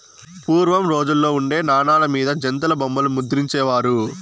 పూర్వం రోజుల్లో ఉండే నాణాల మీద జంతుల బొమ్మలు ముద్రించే వారు